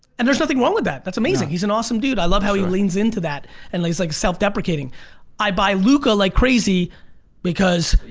and there's nothing wrong with that that's amazing he's an awesome dude i love how he leans into that and he's like self-deprecating i buy luca like crazy because